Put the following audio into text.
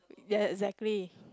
ya exactly